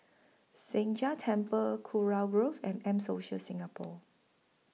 Sheng Jia Temple Kurau Rove and M Social Singapore